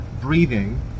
breathing